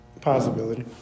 Possibility